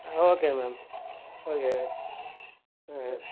ஆ ஓகேங்க ma'am okay ம் ம்